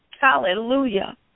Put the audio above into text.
Hallelujah